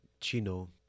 chino